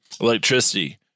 electricity